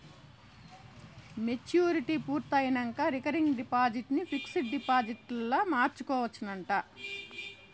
maturity పూర్తయినంక recurring deposit ని fixed డిపాజిట్గ మార్చుకోవచ్చునంట